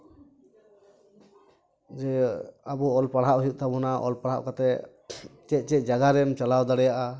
ᱡᱮ ᱟᱵᱚ ᱚᱞ ᱯᱟᱲᱦᱟᱜ ᱦᱩᱭᱩᱜ ᱛᱟᱵᱚᱱᱟ ᱚᱞ ᱯᱟᱲᱦᱟᱣ ᱠᱟᱛᱮ ᱪᱮᱫ ᱪᱮᱫ ᱡᱟᱭᱜᱟ ᱨᱮᱢ ᱪᱟᱞᱟᱣ ᱫᱟᱲᱮᱭᱟᱜᱼᱟ